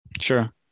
Sure